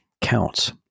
counts